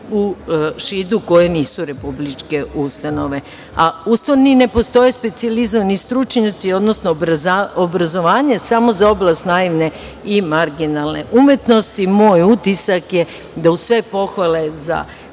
u Šidu, koje nisu republičke ustanove. Uz to, ni ne postoje specijalizovani stručnjaci, odnosno obrazovanje samo za oblast naivne i marginalne umetnosti. Moj utisak je da, uz sve pohvale za